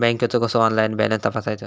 बँकेचो कसो online balance तपासायचो?